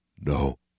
No